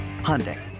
Hyundai